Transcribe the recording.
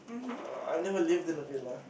oh I never lived in a villa